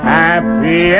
happy